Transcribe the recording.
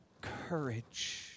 courage